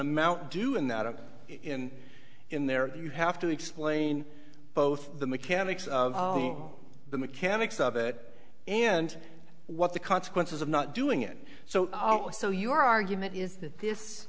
amount doing that in in there you have to explain both the mechanics of the mechanics of it and what the consequences of not doing it so also your argument is that this